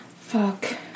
Fuck